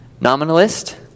nominalist